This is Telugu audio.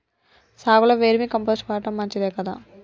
సాగులో వేర్మి కంపోస్ట్ వాడటం మంచిదే కదా?